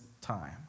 time